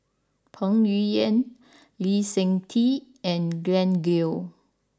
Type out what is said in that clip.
Peng Yuyun Lee Seng Tee and Glen Goei